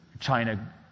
China